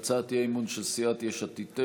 היא הצעת אי-אמון של סיעת יש עתיד-תל"ם,